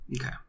Okay